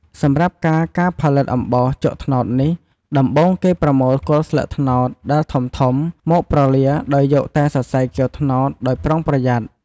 សម្រាប់់ការការផលិតអំបោសជក់ត្នោតនេះ ដំបូង គេប្រមូលគល់ស្លឹកត្នោតដែលធំៗ មកប្រលាដោយយកតែសរសៃគាវត្នោតដោយប្រុងប្រយ័ត្ន។